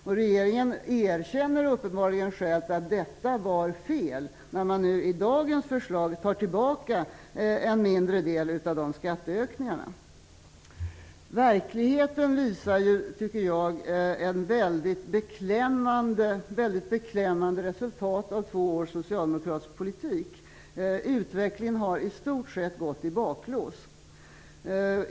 I regeringen erkänner man uppenbarligen själv att detta var fel, när man i dagens förslag tar tillbaka en mindre del av de skatteökningarna. Verkligheten visar ju, tycker jag, ett väldigt beklämmande resultat av två års socialdemokratisk politik. Utvecklingen har i stort sett gått i baklås.